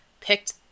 picked